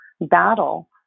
battle